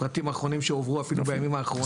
פרטים אחרונים שהועברו אפילו בימים האחרונים.